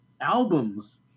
albums